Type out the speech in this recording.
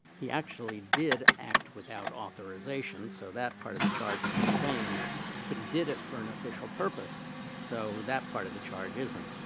he actually did act without authorization so that part of the charge is sustained but he did it for an official purpose so that part of the charge isn't.